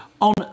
on